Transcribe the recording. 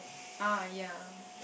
uh ya